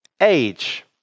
age